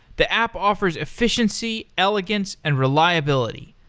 the app offers efficiency, elegance, and reliability.